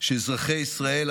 שאזרחי ישראל,